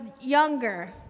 younger